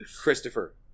Christopher